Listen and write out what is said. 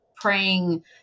praying